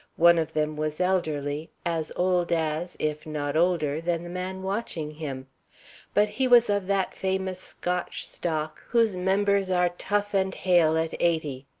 one of them was elderly, as old as, if not older than, the man watching him but he was of that famous scotch stock whose members are tough and hale at eighty.